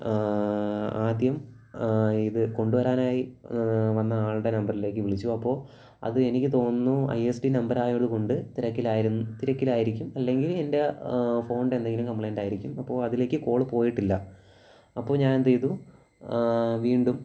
ആദ്യം ഇതു കൊണ്ടുവരാനായി വന്ന ആളുടെ നമ്പറിലേക്കു വിളിച്ചു അപ്പോൾ അത് എനിക്ക് തോന്നുന്നു ഐ എസ് ഡി നമ്പർ ആയതുകൊണ്ട് തിരക്കിലായിരുന്നു തിരക്കിലായിരിക്കും അല്ലെങ്കിൽ എൻ്റെ ഫോണുണ്ടെ എന്തെങ്കിലും കംപ്ലൈൻ്റ് ആയിരിക്കും അപ്പോൾ അതിലേക്കു കോൾ പോയിട്ടില്ല അപ്പോൾ ഞാൻ എന്തു ചെയ്തു വീണ്ടും